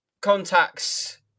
contacts